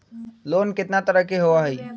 Loan केतना तरह के होअ हई?